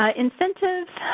ah incentives,